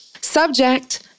Subject